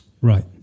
Right